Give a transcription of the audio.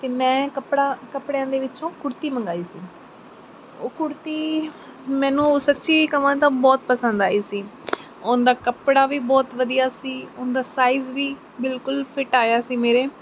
ਅਤੇ ਮੈਂ ਕੱਪੜਾ ਕੱਪੜਿਆਂ ਦੇ ਵਿੱਚੋਂ ਕੁੜਤੀ ਮੰਗਵਾਈ ਸੀ ਉਹ ਕੁੜਤੀ ਮੈਨੂੰ ਉਹ ਸੱਚੀ ਕਹਾਂ ਤਾਂ ਬਹੁਤ ਪਸੰਦ ਆਈ ਸੀ ਉਹਦਾ ਕੱਪੜਾ ਵੀ ਬਹੁਤ ਵਧੀਆ ਸੀ ਉਹਦਾ ਸਾਈਜ਼ ਵੀ ਬਿਲਕੁਲ ਫਿਟ ਆਇਆ ਸੀ ਮੇਰੇ